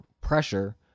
pressure